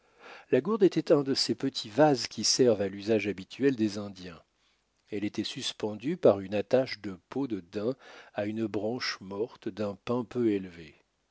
la gourde était un de ces petits vases qui servent à l'usage habituel des indiens elle était suspendue par une attache de peau de daim à une branche morte d'un pin peu élevé